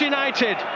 United